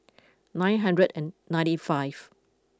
nine hundred and ninety five